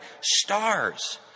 stars